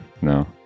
No